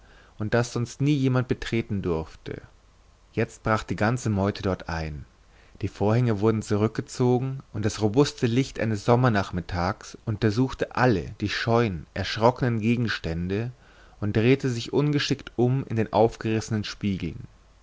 und das sonst nie jemand betreten durfte jetzt brach die ganze meute dort ein die vorhänge wurden zurückgezogen und das robuste licht eines sommernachmittags untersuchte alle die scheuen erschrockenen gegenstände und drehte sich ungeschickt um in den aufgerissenen spiegeln